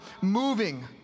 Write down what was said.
moving